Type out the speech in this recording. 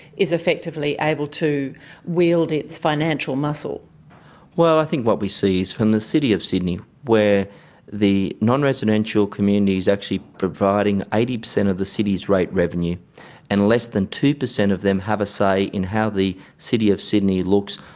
is effectively able to wield its financial muscle i think what we see is, from the city of sydney, where the non-residential community is actually providing eighty percent of the city's rate revenue and less than two percent of them have a say in how the city of sydney looks,